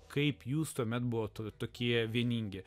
kaip jūs tuomet buvote tokie vieningi